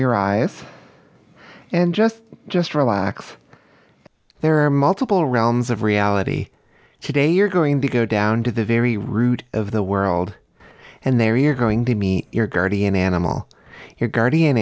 your eyes and just just relax there are multiple realms of reality today you're going to go down to the very root of the world and they're here going to be your guardian animal your guardian